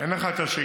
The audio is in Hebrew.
אין לך השאילתה?